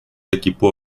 equipo